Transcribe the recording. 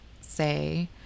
say